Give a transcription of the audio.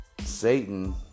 Satan